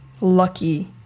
lucky